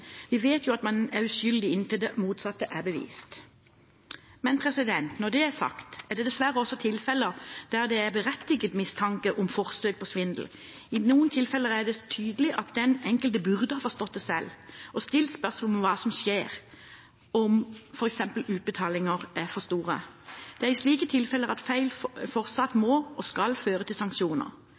Vi vet jo at man er uskyldig inntil det motsatte er bevist. Når det er sagt, er det dessverre også tilfeller der det er berettiget mistanke om forsøk på svindel. I noen tilfeller er det tydelig at den enkelte burde ha forstått det selv og stilt spørsmål om hva som skjer om f.eks. utbetalinger er for store. Det er i slike tilfeller feil fortsatt må og skal føre til sanksjoner.